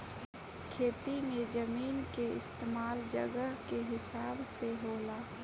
खेती मे जमीन के इस्तमाल जगह के हिसाब से होला